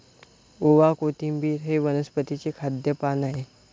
ओवा, कोथिंबिर हे वनस्पतीचे खाद्य पान आहे